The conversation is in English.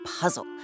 Puzzle